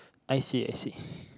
I see I see